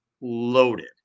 loaded